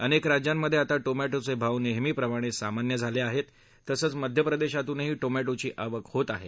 अनेक राज्यांमधे आता टोमॅटोचे भाव नेहमीप्रमाणे सामान्य झाले आहेत तसंच मध्य प्रदेशातूनही टोमॅटोची आवक होत आहे